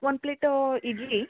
ಒಂದು ಪ್ಲೇಟ್ ಇಡ್ಲಿ